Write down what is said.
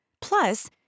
Plus